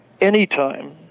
Anytime